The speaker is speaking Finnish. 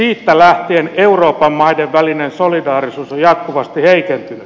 siitä lähtien euroopan maiden välinen solidaarisuus on jatkuvasti heikentynyt